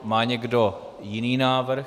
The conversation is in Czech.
Má někdo jiný návrh?